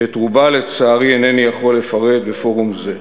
שאת רובה, לצערי, אינני יכול לפרט בפורום זה.